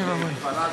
אוי ואבוי.